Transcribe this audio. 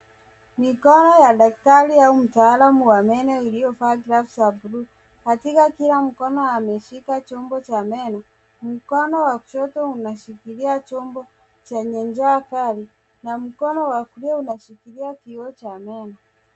Mikono ya daktari au mtaalam wa meno iliyovaa Gloves za bluu katika kila mkono ameshika chombo cha meno, mkono wa kushoto umeshikilia chombo chenye ncha kali na mkono wa kulia umeshikilia kioo cha meno.